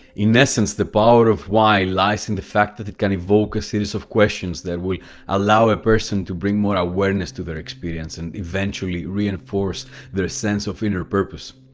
in essence, the power of why lies in the fact that it can evoke a series of questions that will allow a person to bring more awareness to their experience and eventually reinforce their sense of inner purpose.